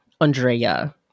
Andrea